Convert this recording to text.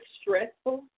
stressful